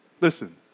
Listen